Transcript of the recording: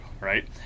right